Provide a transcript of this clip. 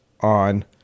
on